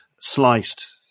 sliced